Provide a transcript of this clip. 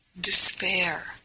despair